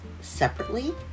separately